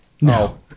No